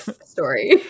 story